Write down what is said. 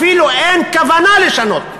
אפילו אין כוונה לשנות.